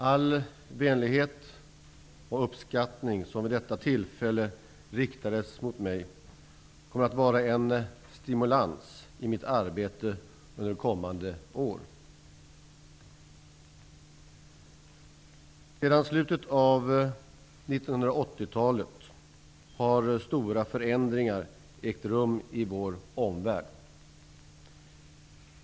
All vänlighet och uppskattning som vid detta tillfälle riktades mot mig kommer att vara en stimulans i mitt arbete under kommande år. Sedan slutet av 1980-talet har stora förändringar ägt rum i vår omvärld.